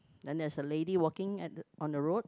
then there's a lady walking at on the road